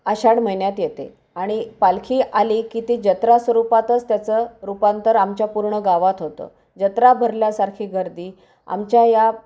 आषाढ महिन्यात येते आणि पालखी आली की ती जत्रा स्वरूपातच त्याचं रूपांतर आमच्या पूर्ण गावात होतं जत्रा भरल्यासारखी गर्दी आमच्या या